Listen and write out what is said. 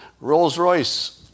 Rolls-Royce